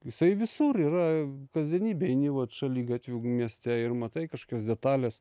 jisai visur yra kasdienybėj eini vat šaligatviu mieste ir matai kažkokias detales